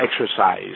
exercise